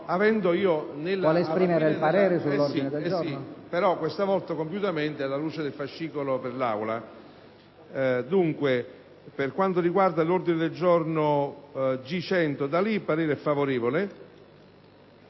ad esprimere il parere sull'ordine del giorno